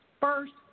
first